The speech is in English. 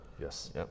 Yes